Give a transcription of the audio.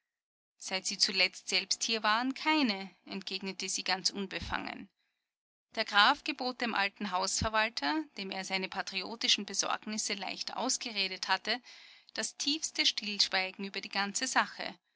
seit sie zuletzt selbst hier waren keine entgegnete sie ganz unbefangen der graf gebot dem alten hausverwalter dem er seine patriotischen besorgnisse leicht ausgeredet hatte das tiefste stillschweigen über die ganze sache